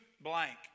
blank